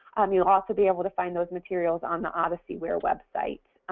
um you'll also be able to find those materials on the odysseyware website.